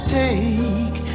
take